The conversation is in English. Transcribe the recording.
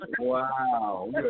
wow